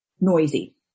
noisy